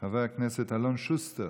חבר הכנסת אלון שוסטר,